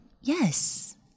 yes